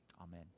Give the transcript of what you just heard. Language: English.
Amen